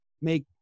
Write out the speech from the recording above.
make